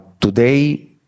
Today